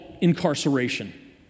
incarceration